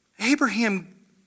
Abraham